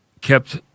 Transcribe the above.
kept